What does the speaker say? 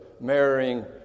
marrying